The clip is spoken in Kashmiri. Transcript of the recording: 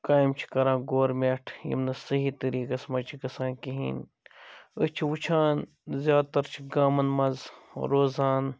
کامہِ چھِ کَران گورمٮ۪ٹھ یِم نہٕ صحیح طریٖقَس مَنٛز چھِ گَژھان کِہیٖنٛۍ أسۍ چھِ وُچھان زیادٕ تر چھِ گامَن مَنٛز روزان